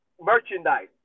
merchandise